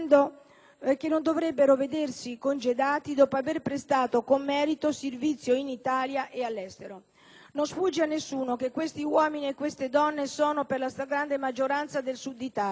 che non dovrebbero vedersi congedati dopo aver prestato con merito servizio in Italia e all'estero. Non sfugge a nessuno che questi uomini e queste donne sono per la stragrande maggioranza del Sud d'Italia.